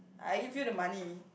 I give you the money